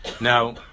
Now